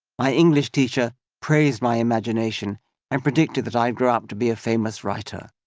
my english teacher praised my imagination and predicted that i'd grow up to be a famous writer.